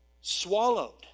swallowed